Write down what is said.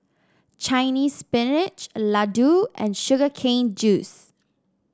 Chinese Spinach laddu and Sugar Cane Juice